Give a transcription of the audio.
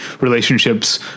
relationships